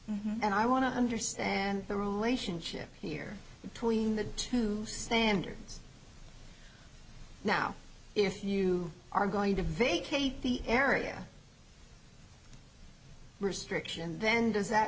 area and i want to understand and the relationship here between the two standards now if you are going to vacate the area restriction then does that